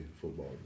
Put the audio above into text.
football